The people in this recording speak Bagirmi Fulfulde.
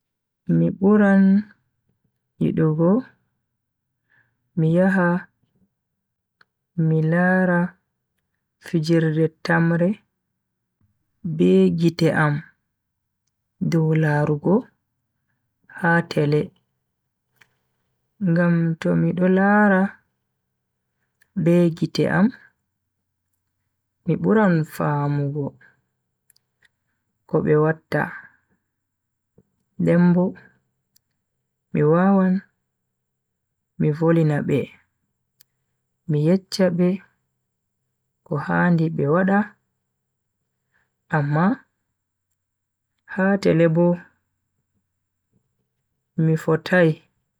Mi buran yidugo mi yaha mi lara fijirde tamre be gite am dow larugo ha tele. ngam to mi do lara be gite am mi buran famugo ko be watta den bo mi wawan mi volina be mi yecche be ko handi be wada, amm ha tele bo mi fotai.